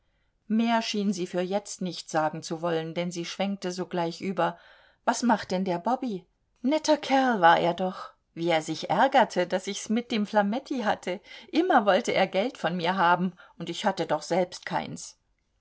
mehr schien sie für jetzt nicht sagen zu wollen denn sie schwenkte sogleich über was macht denn der bobby netter kerl war er doch wie er sich ärgerte daß ich's mit dem flametti hatte immer wollte er geld von mir haben und ich hatte doch selbst keins